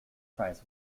prize